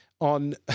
on